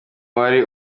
uwari